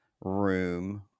room